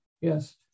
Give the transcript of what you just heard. Yes